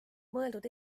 mõeldud